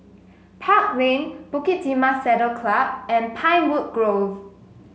Park Lane Bukit Timah Saddle Club and Pinewood Grove